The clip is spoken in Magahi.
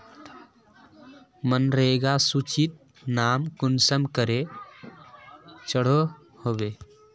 मनरेगा सूचित नाम कुंसम करे चढ़ो होबे?